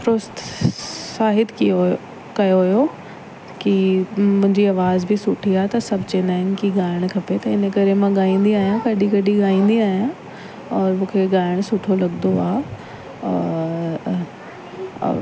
प्रोत्साहित कयो कयो हुयो कि मुंंहिजी आवाज बि सुठी आहे सभु चईंदा आहिनि कि ॻाइणु खपे त इन करे मां ॻाईंदी आहियां कॾहिं कॾहिं गाईंदी आहियां और मूंखे ॻाइणु सुठो लॻंदो आहे और